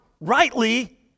rightly